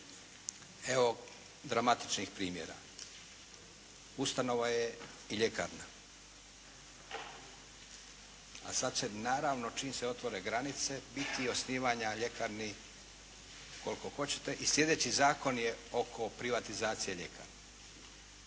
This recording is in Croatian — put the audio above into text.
Evo dramatičnih primjera. Ustanova je i ljekarna, a sad se naravno čim se otvore granice biti osnivanja ljekarni koliko hoćete i slijedeći zakon je oko privatizacije ljekarna.